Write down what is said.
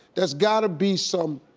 there's gotta be some,